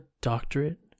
doctorate